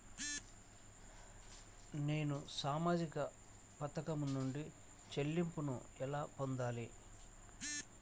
నేను సామాజిక పథకం నుండి చెల్లింపును ఎలా పొందాలి?